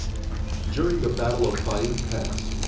during the battle of faid pass,